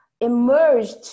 emerged